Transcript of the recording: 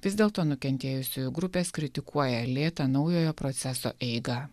vis dėlto nukentėjusiųjų grupės kritikuoja lėtą naujojo proceso eigą